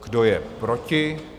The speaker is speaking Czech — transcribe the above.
Kdo je proti?